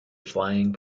flying